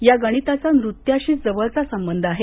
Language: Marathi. या गणिताचा नृत्याशी जवळचा संबंध आहे